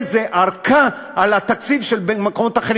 זה ארכה לגבי התקציב של מקומות אחרים.